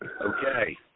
Okay